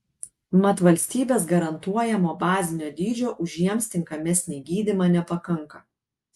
mat valstybės garantuojamo bazinio dydžio už jiems tinkamesnį gydymą nepakanka